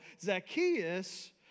Zacchaeus